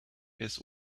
his